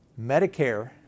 Medicare